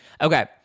Okay